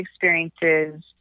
experiences